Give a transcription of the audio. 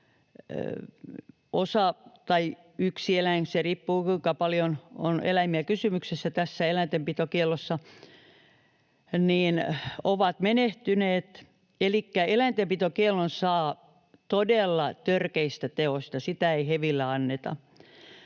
yksi eläin — riippuu siitä, kuinka paljon on eläimiä kysymyksessä tässä eläintenpitokiellossa — on menehtynyt. Elikkä eläintenpitokiellon saa todella törkeistä teoista, sitä ei hevillä anneta.